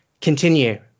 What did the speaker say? continue